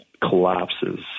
collapses